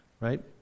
right